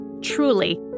Truly